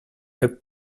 have